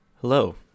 Hello